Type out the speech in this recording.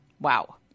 Wow